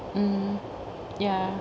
mm ya